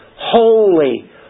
holy